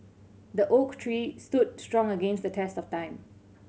the oak tree stood strong against the test of time